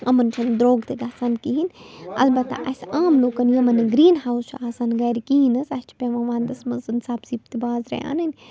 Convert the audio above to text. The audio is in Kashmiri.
یِمَن چھِنہٕ دروٚگ تہِ گژھان کِہیٖنۍ البتہ اَسہِ عام لُکَن یِمَن نہٕ گرٛیٖن ہاوُس چھُ آسان گَرِ کِہیٖنۍ نہٕ حظ اَسہِ چھِ پٮ۪وان وَنٛدَس منٛز سبزی تہِ بازرٕے اَنٕنۍ